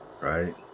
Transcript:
right